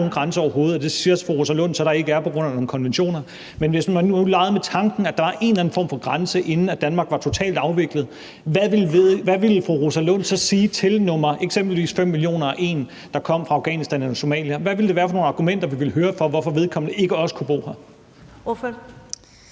hvis man nu legede med den tanke, at der var en eller anden form for grænse, inden Danmark var totalt afviklet, hvad ville fru Rosa Lund så sige til eksempelvis nr. 5.000.001, der kom fra Afghanistan eller Somalia? Hvad ville det være for nogle argumenter, vi ville høre, for, hvorfor vedkommende ikke også kunne bo her?